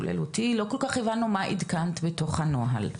כולל אותי לא כל כך הבנו מה עדכנתם בתוך הנוהל.